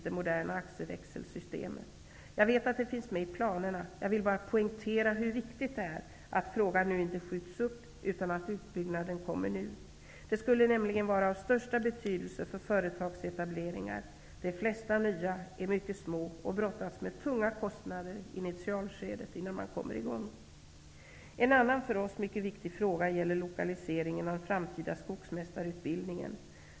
Jag vet att detta finns med i planerna. Jag vill bara poängtera hur viktigt det är att frågan inte skjuts upp utan att utbyggnaden kommer nu. Det skulle nämligen vara av största betydelse för företagsetableringar. De flesta nya företag är mycket små och brottas med tunga kostnader i initialskedet innan de kommer i gång. En annan för oss mycket viktig fråga gäller lokaliseringen av den framtida skogsmästarutbildningen.